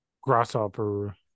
grasshopper